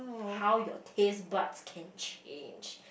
how your taste buds can change